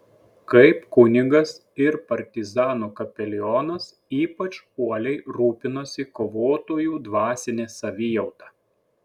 kaip kunigas ir partizanų kapelionas ypač uoliai rūpinosi kovotojų dvasine savijauta